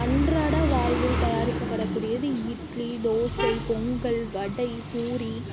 அன்றாட வாழ்வில் தயாரிக்கப்படக் கூடியது இட்லி தோசை பொங்கல் வடை பூரி